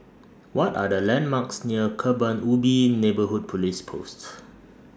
What Are The landmarks near Kebun Ubi Neighbourhood Police Post